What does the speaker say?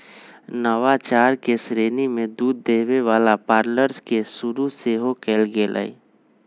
नवाचार के श्रेणी में दूध देबे वला पार्लर के शुरु सेहो कएल गेल